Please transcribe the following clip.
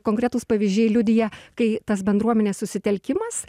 konkretūs pavyzdžiai liudija kai tas bendruomenės susitelkimas